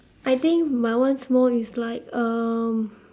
I think my one small is like um